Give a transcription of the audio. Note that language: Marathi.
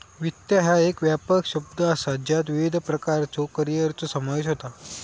वित्त ह्या एक व्यापक शब्द असा ज्यात विविध प्रकारच्यो करिअरचो समावेश होता